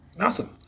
Awesome